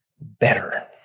better